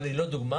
אבל היא לא דוגמה.